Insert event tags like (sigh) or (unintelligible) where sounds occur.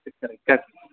(unintelligible)